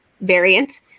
variant